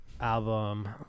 album